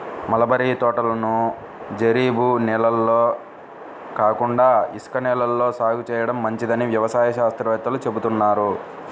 mulberry తోటలను జరీబు నేలల్లో కాకుండా ఇసుక నేలల్లో సాగు చేయడం మంచిదని వ్యవసాయ శాస్త్రవేత్తలు చెబుతున్నారు